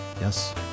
Yes